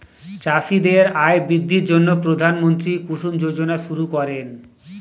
চাষীদের আয় বৃদ্ধির জন্য প্রধানমন্ত্রী কুসুম যোজনা শুরু করেন